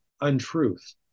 untruth